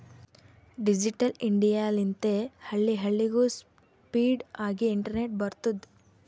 digital India ಲಿಂತೆ ಹಳ್ಳಿ ಹಳ್ಳಿಗೂ ಸ್ಪೀಡ್ ಆಗಿ ಇಂಟರ್ನೆಟ್ ಬರ್ತುದ್